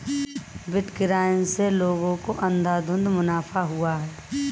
bitcoin से लोगों को अंधाधुन मुनाफा हुआ है